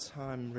time